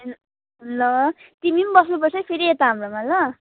ल तिमी पनि बस्नुपर्छ है फेरि यता हाम्रोमा ल